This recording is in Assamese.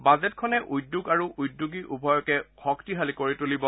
বাজেটখনে উদ্যোগ আৰু উদ্যোগী উভয়কে শক্তিশালী কৰি তুলিব